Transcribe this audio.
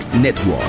Network